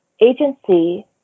agency